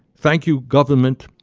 thank you, government,